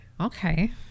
okay